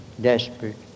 desperate